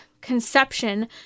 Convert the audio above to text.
conception